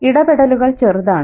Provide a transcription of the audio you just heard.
ഇടപെടലുകൾ ചെറുതാണ്